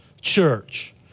church